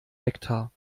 nektar